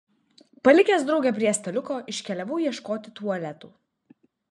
palikęs draugę prie staliuko iškeliavau ieškoti tualetų